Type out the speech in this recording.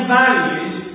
values